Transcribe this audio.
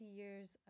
years